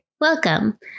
welcome